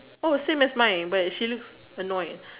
oh same as mine but she looks annoyed